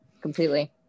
completely